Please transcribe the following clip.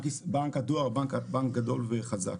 בנק הדואר שהוא בנק גדול וחזק.